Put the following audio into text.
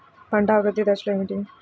పంట అభివృద్ధి దశలు ఏమిటి?